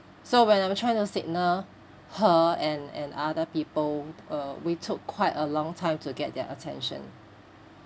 so when I'm trying to signal her and and other people uh we took quite a long time to get their attention